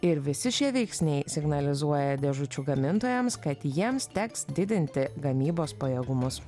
ir visi šie veiksniai signalizuoja dėžučių gamintojams kad jiems teks didinti gamybos pajėgumus